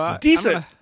Decent